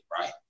right